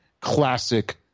Classic